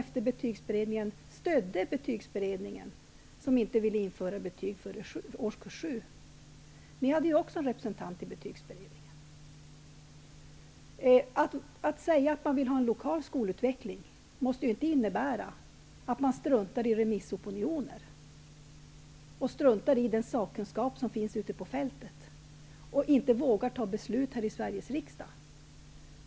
Den stödde Betygsberedningen, som inte ville införa betyg före årskurs 7. Ni hade ju också en representant i Betygsberedningen. Att vilja ha en lokal skolutveckling måste inte innebära att man struntar i remissopinioner och i den sakkunskap som finns ute på fältet och att man inte vågar fatta beslut här i Sveriges riksdag.